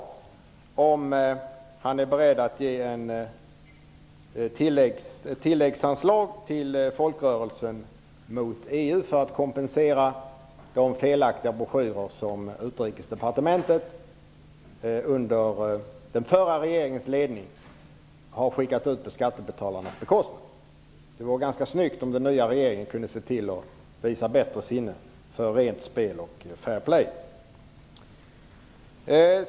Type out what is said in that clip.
Är Mats Hellström beredd att ge ett tilläggsanslag till Folkrörelsen mot EU för att kompensera de felaktiga broschyrer som Utrikesdepartementet under den förra regeringens ledning skickade ut på skattebetalarnas bekostnad? Det vore snyggt om den nya regeringen kunde visa ett bättre sinne för rent spel och fair play.